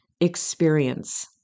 experience